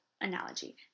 analogy